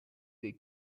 dei